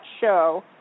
show